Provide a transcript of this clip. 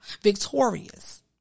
victorious